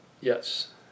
Yes